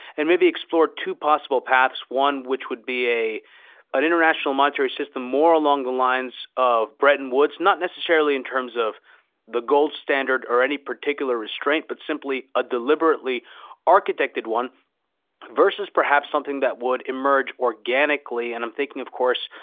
and maybe explore two possible paths. one which would be an international monetary system more along the lines of bretton woods. not necessarily in terms of the gold standard or any particular restraint, but simply a deliberately architected one versus perhaps something that would emerge organically. and i'm thinking, of course,